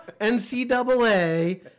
NCAA